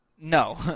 No